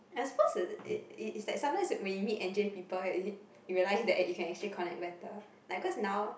I suppose it it it's like sometimes when you meet N_J people you realise that you can actually connect better like cause now